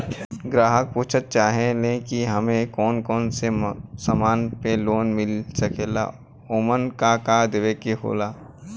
ग्राहक पुछत चाहे ले की हमे कौन कोन से समान पे लोन मील सकेला ओमन का का देवे के होला?